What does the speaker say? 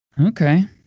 Okay